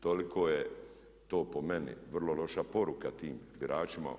Toliko je to po meni vrlo loša poruka tim biračima.